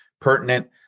pertinent